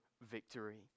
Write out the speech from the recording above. victory